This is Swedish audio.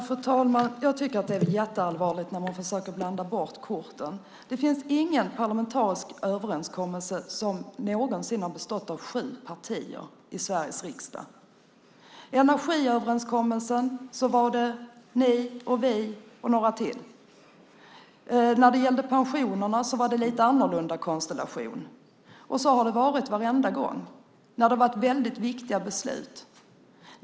Fru talman! Jag tycker att det är jätteallvarligt när man försöker blanda bort korten. Det finns ingen parlamentarisk överenskommelse som någonsin har bestått av sju partier i Sveriges riksdag. I energiöverenskommelsen var det ni och vi och några till. När det gällde pensionerna var det en lite annorlunda konstellation, och så har det varit varenda gång när det varit fråga om väldigt viktiga beslut.